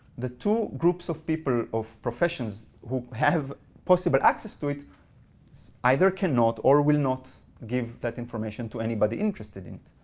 the two groups of people, of professions who have possible access to it either cannot or will not give that information to anybody interested in